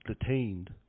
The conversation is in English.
detained